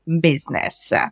business